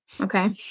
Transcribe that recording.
Okay